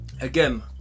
Again